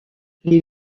les